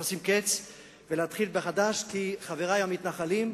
צריך לשים קץ ולהתחיל מחדש, כי חברי המתנחלים,